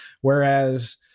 Whereas